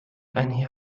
einher